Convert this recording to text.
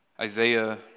Isaiah